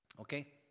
Okay